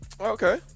Okay